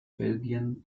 belgien